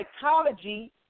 psychology